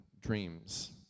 dreams